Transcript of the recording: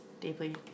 deeply